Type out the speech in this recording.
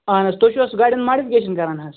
اَہن حظ تُہۍ چھُو حظ گاڑین ماڈفِکیشن کَران حظ